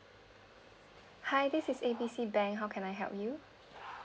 hi this is A B C bank how can I help you